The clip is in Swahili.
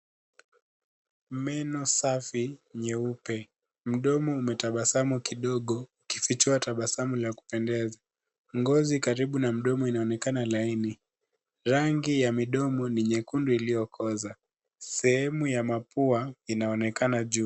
Meno safi nyeupe. Mdomo umetabasamu kidogo, ukifichua tabasamu ya kupendeza. Ngozi karibu na mdomo inaonekana laini. Rangi ya midomo ni nyekundu iliyokoza. Sehemu ya mapua inaonekana juu.